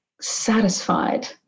satisfied